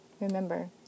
Remember